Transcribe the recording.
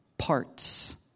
Parts